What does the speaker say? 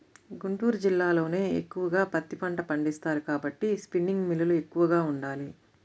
గుంటూరు జిల్లాలోనే ఎక్కువగా పత్తి పంట పండిస్తారు కాబట్టి స్పిన్నింగ్ మిల్లులు ఎక్కువగా ఉండాలి